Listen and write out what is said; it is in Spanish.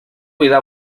vida